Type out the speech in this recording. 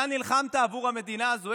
אתה נלחמת עבור המדינה הזו,